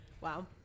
Wow